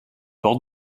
bords